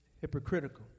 hypocritical